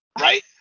right